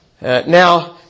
Now